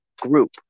group